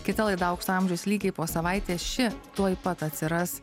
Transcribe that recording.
kita laida aukso amžius lygiai po savaitės ši tuoj pat atsiras